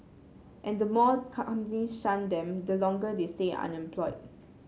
and the more companies shun them the longer they stay unemployed